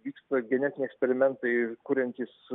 vyksta genetiniai eksperimentai kuriantys